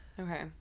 Okay